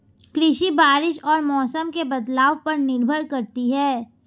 कृषि बारिश और मौसम के बदलाव पर निर्भर करती है